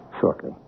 shortly